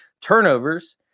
Turnovers